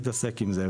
נתעסק עם זה.